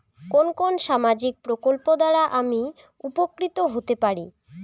কোন কোন সামাজিক প্রকল্প দ্বারা আমি উপকৃত হতে পারি?